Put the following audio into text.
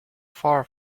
far